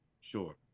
Sure